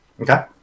Okay